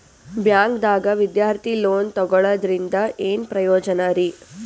ಬ್ಯಾಂಕ್ದಾಗ ವಿದ್ಯಾರ್ಥಿ ಲೋನ್ ತೊಗೊಳದ್ರಿಂದ ಏನ್ ಪ್ರಯೋಜನ ರಿ?